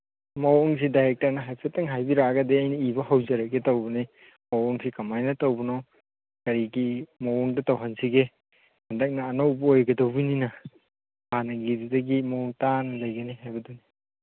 ꯃꯑꯣꯡꯁꯤ ꯗꯥꯏꯔꯦꯛꯇꯔꯅ ꯍꯥꯏꯐꯦꯠꯇꯪ ꯍꯥꯏꯕꯤꯔꯛꯑꯒꯗꯤ ꯑꯩꯅ ꯏꯕ ꯍꯧꯖꯔꯒꯦ ꯇꯧꯕꯅꯤ ꯃꯑꯣꯡꯁꯤ ꯀꯃꯥꯏꯅ ꯇꯧꯕꯅꯣ ꯀꯔꯤꯒꯤ ꯃꯑꯣꯡꯗ ꯇꯧꯍꯟꯁꯤꯒꯦ ꯍꯟꯗꯛꯅ ꯑꯅꯧꯕ ꯑꯣꯏꯒꯗꯧꯕꯅꯤꯅ ꯍꯥꯟꯅꯒꯤꯗꯨꯗꯒꯤ ꯃꯑꯣꯡ ꯇꯥꯅ ꯂꯩꯒꯅꯤ ꯍꯥꯏꯕꯗꯨꯅꯤ